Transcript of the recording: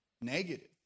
Negative